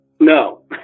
No